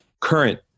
current